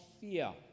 fear